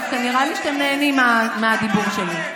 דווקא כנראה שאתם נהנים מהדיבור שלי.